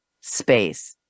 space